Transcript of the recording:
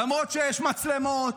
למרות שיש מצלמות,